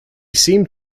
seemed